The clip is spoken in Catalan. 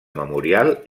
memorial